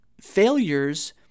failures